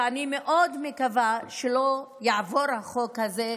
ואני מאוד מקווה שלא יעבור החוק הזה,